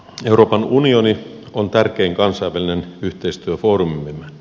euroopan unioni on tärkein kansainvälinen yhteistyöfoorumimme